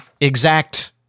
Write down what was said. exact